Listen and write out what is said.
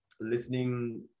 listening